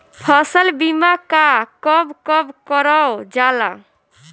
फसल बीमा का कब कब करव जाला?